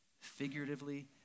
figuratively